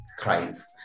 thrive